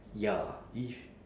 ya if